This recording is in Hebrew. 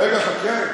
רגע, חכה.